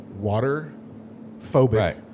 water-phobic